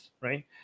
right